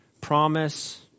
Promise